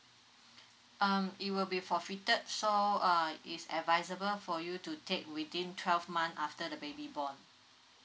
um it will be forfeited so uh it's advisable for you to take within twelve months after the baby born